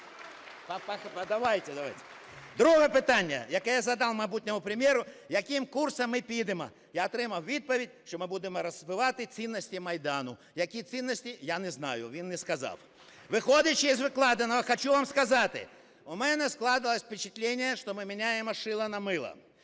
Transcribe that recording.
Друге питання, яке я задав майбутньому прем'єру, яким курсом ми підемо. Я отримав відповідь, що ми будемо розвивати цінності Майдану. Які цінності, я не знаю, він не сказав. Виходячи з викладеного, хочу вам сказати, у мене склалося впечатление, что мы меняем шило на мило.